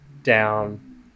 down